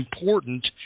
important